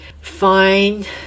find